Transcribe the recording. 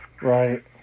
right